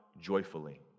joyfully